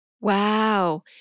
Wow